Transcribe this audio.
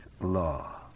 law